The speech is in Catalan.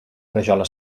rajola